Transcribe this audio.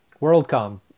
worldcom